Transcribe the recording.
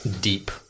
Deep